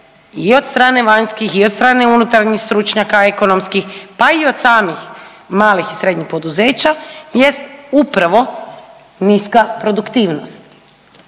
i od strane vanjskih i od strane unutarnjih stručnjaka ekonomskih, pa i od strane samih malih i srednjih poduzeća jest upravo niska produktivnost.